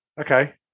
Okay